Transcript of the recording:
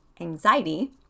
anxiety